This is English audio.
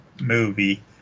movie